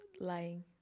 lying